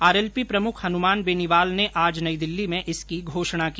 RLP प्रमुख हनुमान बेनीवाल ने आज नई दिल्ली में इसकी घोषणा की